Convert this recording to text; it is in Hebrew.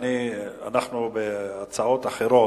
אנחנו בהצעות אחרות.